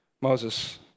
Moses